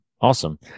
Awesome